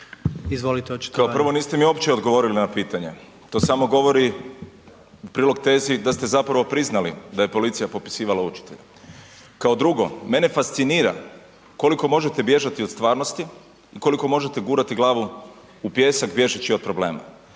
Davor (SDP)** Kao prvo niste mi uopće odgovorili na ovo pitanje, to samo govori u prilog tezi da ste zapravo priznali da je policija popisivala učitelje. Kao drugo mene fascinira koliko možete bježati od stvarnosti, koliko možete gurati glavu u pijesak bježeći od problema.